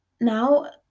now